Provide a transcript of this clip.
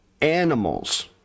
animals